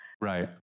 Right